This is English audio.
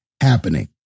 happening